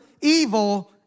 evil